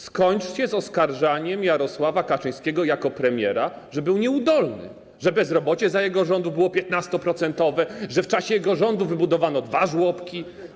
Skończcie z oskarżaniem Jarosława Kaczyńskiego jako premiera, że był nieudolny, że bezrobocie za jego rządów było 15-procentowe, że w czasie jego rządów wybudowano dwa żłobki.